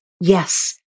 Yes